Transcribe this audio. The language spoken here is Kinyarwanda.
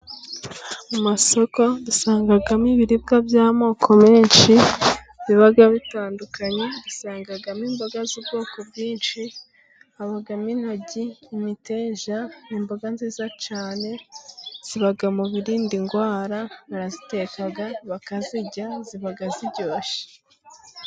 Mu masoko dusangamo ibiribwa by'amoko menshi biba bitandukanye. Dusangamo imboga z'ubwoko bwinshi. Habamo intoryi, imiteja, imboga nziza cyane ziba mu birinda indwara. Baraziteka bakazirya, ziba ziryoshye.